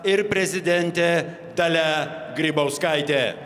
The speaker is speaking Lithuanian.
ir prezidentė dalia grybauskaitė